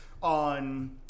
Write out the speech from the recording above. on